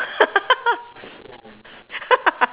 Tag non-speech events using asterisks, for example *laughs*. *laughs*